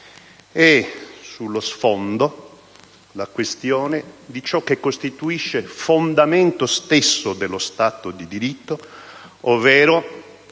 e sullo sfondo c'è la questione di ciò che costituisce fondamento stesso dello Stato di diritto, ovvero